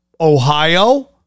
Ohio